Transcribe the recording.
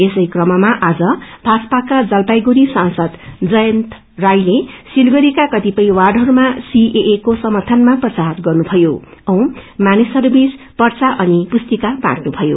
यसै क्रममा आज भाजप्को जलपाईगुड़ी सांसद जयंत रायले सिलगड़ीका क्रतिपय वार्डहरूमा सीएए को समर्थनमा प्रचार गर्नुभयो औ मानिसहरूबीच पर्चा अनि पुस्तिक्व बाटनुभयो